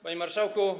Panie Marszałku!